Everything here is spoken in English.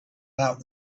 out